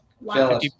wow